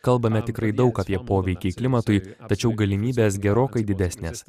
kalbame tikrai daug apie poveikį klimatui tačiau galimybės gerokai didesnės